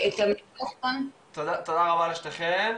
תודה רבה לשתיכן,